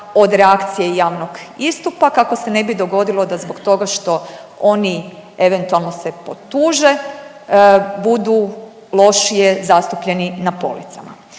od reakcije javnog istupa kako se ne bi dogodilo da zbog toga što oni eventualno se potuže budu lošije zastupljeni na policama.